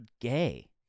gay